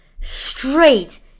straight